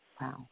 Wow